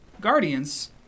Guardians